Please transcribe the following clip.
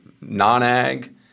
non-ag